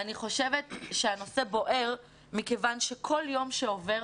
אני חושבת שהנושא בוער מכיוון שכל יום שעובר,